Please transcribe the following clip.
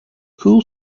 cool